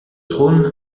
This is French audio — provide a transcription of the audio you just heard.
trône